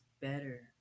better